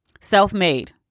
Self-made